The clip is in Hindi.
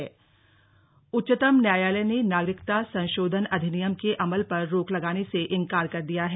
सीएए सुप्रीम कोर्ट उच्चतम न्यायालय ने नागरिकता संशोधन अधिनियम के अमल पर रोक लगाने से इंकार कर दिया है